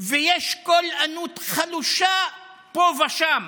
ויש קול ענות חלושה פה ושם